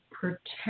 protect